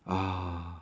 ah